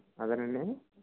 అదేనండి